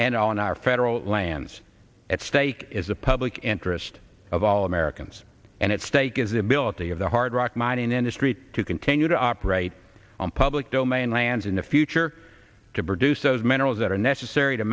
and on our federal lands at stake is the public interest of all americans and at stake is the ability of the hard rock mining industry to continue to operate on public domain lands in the future to produce those minerals that are necessary to